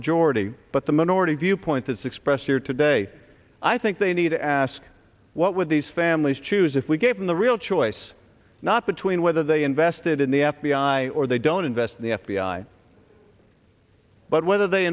majority but the minority viewpoint has expressed here today i think they need to ask what would these families choose if we gave them the real choice not between whether they invested in the f b i or they don't invest in the f b i but whether they